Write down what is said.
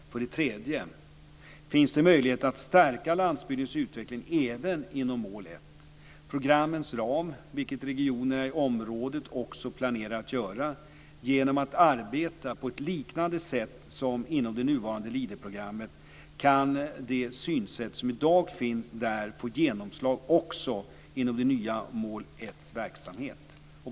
För det tredje finns det möjlighet att stärka landsbygdens utveckling även inom mål 1-programmens ram, vilket regionerna i området också planerar att göra. Genom att arbeta på ett liknande sätt som inom de nuvarande Leaderprogrammen kan de synsätt som i dag finns där få genomslag också inom verksamheten i det nya mål 1.